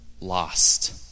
lost